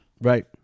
Right